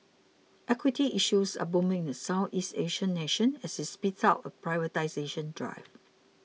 equity issues are booming in the Southeast Asian nation as it speeds up a privatisation drive